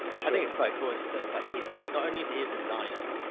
i think it's quite cool in the sense like he's, not only is he a designer,